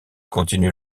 continué